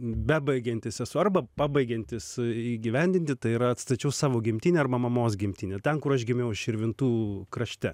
bebaigiantis esu arba pabaigiantis įgyvendinti tai yra atstačiau savo gimtinę arba mamos gimtinę ten kur aš gimiau širvintų krašte